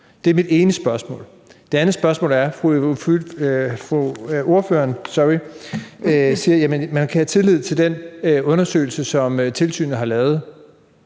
Det er mit ene spørgsmål. Det andet spørgsmål er om, at ordføreren siger, at man kan have tillid til den undersøgelse, som tilsynet har lavet.